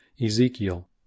Ezekiel